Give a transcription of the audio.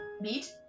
Meet